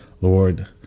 Lord